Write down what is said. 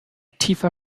tiefer